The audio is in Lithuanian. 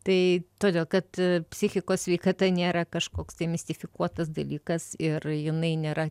tai todėl kad psichikos sveikata nėra kažkoks tai mistifikuotas dalykas ir jinai nėra